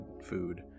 food